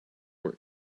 were